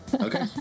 Okay